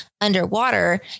underwater